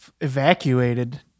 evacuated